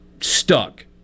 stuck